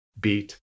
beat